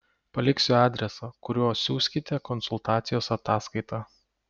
paliksiu adresą kuriuo siųskite konsultacijos ataskaitą